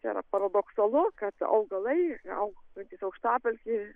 čia yra paradoksalu kad augalai augantys aukštapelkėj